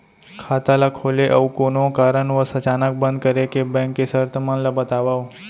खाता ला खोले अऊ कोनो कारनवश अचानक बंद करे के, बैंक के शर्त मन ला बतावव